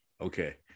Okay